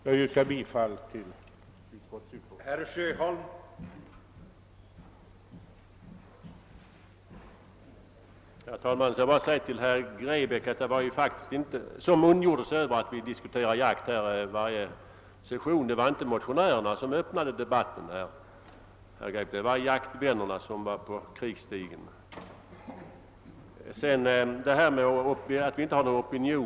Jag yrkar, herr talman, bifall till utskottets hemställan.